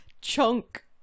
chunk